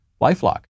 LifeLock